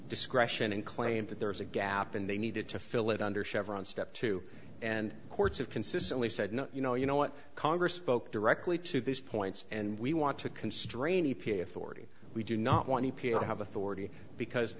discretion and claimed that there was a gap and they needed to fill it under chevron step two and courts have consistently said no you know you know what congress polk directly to this point and we want to constrain e p a authority we do not want to have authority because